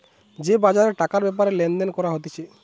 যে বাজারে টাকার ব্যাপারে লেনদেন করা হতিছে